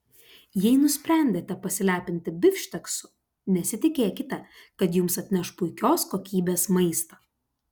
jei nusprendėte pasilepinti bifšteksu nesitikėkite kad jums atneš puikios kokybės maistą